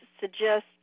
suggest